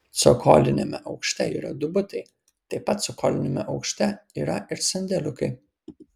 cokoliniame aukšte yra du butai taip pat cokoliniame aukšte yra ir sandėliukai